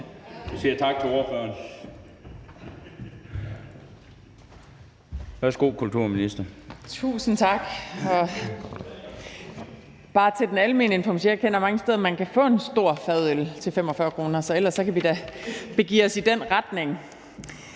tak til ordføreren.